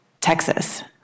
Texas